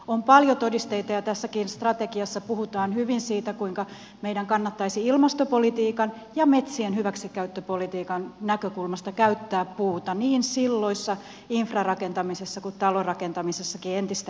on paljon todisteita ja tässäkin strategiassa puhutaan hyvin siitä kuinka meidän kannattaisi ilmastopolitiikan ja metsien hyväksikäyttöpolitiikan näkökulmasta käyttää puuta niin silloissa infrarakentamisessa kuin talonrakentamisessakin entistä enemmän